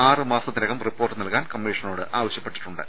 ആറ് മാസത്തിനകം റിപ്പോർട്ട് നൽകാൻ കമ്മീഷനോട് ആവശ്യപ്പെട്ടിട്ടുണ്ട്